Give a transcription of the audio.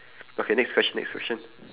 okay next question next question